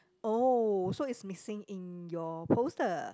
oh so it's missing in your poster